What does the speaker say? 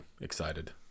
excited